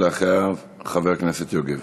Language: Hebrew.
אחריה, חבר הכנסת יוגב.